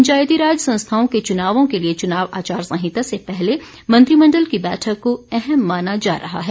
पंचायतीराज संस्थाओं के चुनावों के लिए चुनाव आचार संहिता से पहले मंत्रिमंडल की बैठक को अहम माना जा रहा है